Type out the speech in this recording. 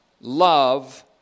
love